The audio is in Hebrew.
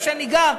איפה שאני גר,